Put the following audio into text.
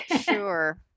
Sure